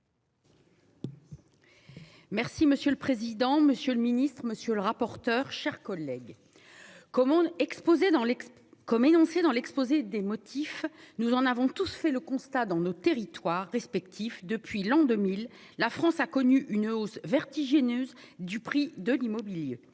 Merci monsieur le président, Monsieur le Ministre. Monsieur le rapporteur, chers collègues. Commande exposée dans l'Expo comme énoncés dans l'exposé des motifs. Nous en avons tous fait le constat dans nos territoires respectifs depuis l'an 2000, la France a connu une hausse vertigineuse du prix de l'immobilier.